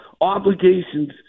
obligations